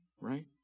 right